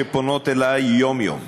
שפונות אלי יום-יום.